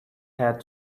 had